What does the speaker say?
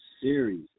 series